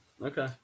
Okay